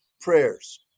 prayers